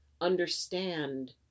understand